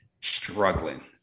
struggling